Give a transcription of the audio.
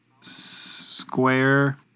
square